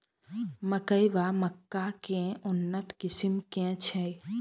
मकई वा मक्का केँ उन्नत किसिम केँ छैय?